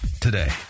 today